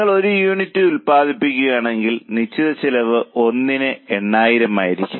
നിങ്ങൾ ഒരു യൂണിറ്റ് ഉൽപ്പാദിപ്പിക്കുകയാണെങ്കിൽ നിശ്ചിത ചെലവ് 1ന് 80000 ആയിരിക്കും